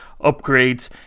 upgrades